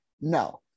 No